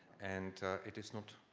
and it is not